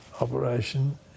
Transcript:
operation